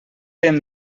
hem